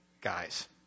guys